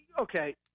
Okay